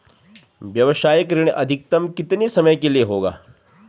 व्यावसायिक ऋण अधिकतम कितने समय के लिए होगा?